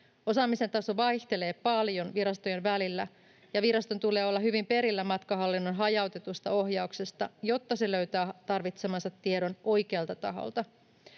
Osaamisen taso vaihtelee paljon virastojen välillä, ja viraston tulee olla hyvin perillä matkahallinnon hajautetusta ohjauksesta, jotta se löytää tarvitsemansa tiedon oikealta taholta.